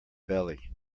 belly